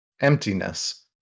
emptiness